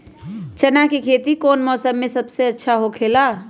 चाना के खेती कौन मौसम में सबसे अच्छा होखेला?